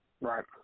right